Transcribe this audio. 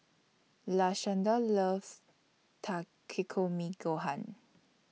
Lashanda loves Takikomi Gohan